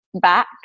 back